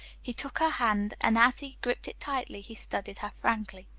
he took her hand, and as he gripped it tightly he studied her frankly.